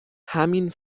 همین